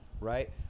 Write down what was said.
Right